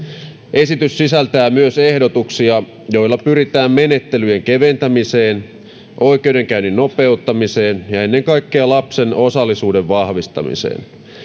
esitys sisältää myös ehdotuksia joilla pyritään menettelyjen keventämiseen oikeudenkäynnin nopeuttamiseen ja ennen kaikkea lapsen osallisuuden vahvistamiseen